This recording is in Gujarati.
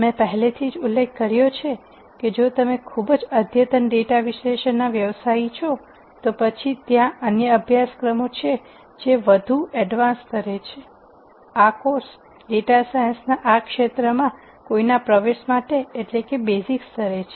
મેં પહેલેથી જ ઉલ્લેખ કર્યો છે કે જો તમે ખૂબ જ અદ્યતન ડેટા વિશ્લેષણ વ્યવસાયી છો તો પછી ત્યાં અન્ય અભ્યાસક્રમો છે જે વધુ પ્રગત સ્તરે છે આ કોર્સ ડેટા સાયન્સના આ ક્ષેત્રમાં કોઈના પ્રવેશ માટે મૂળભૂત સ્તરે છે